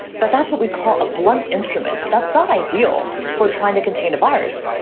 but that's what we call a blunt instrument. that's not ideal for trying to contain the virus,